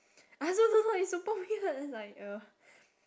I also don't know it's super weird it's like uh